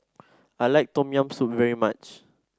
I like Tom Yam Soup very much